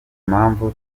mpamvu